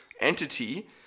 entity